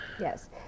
Yes